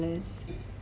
what